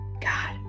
God